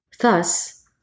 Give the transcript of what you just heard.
Thus